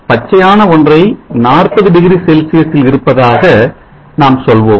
பச்சையான ஒன்றை 40 டிகிரி செல்சியஸில் இருப்பதாக நாம் சொல்வோம்